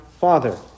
Father